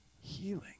Healing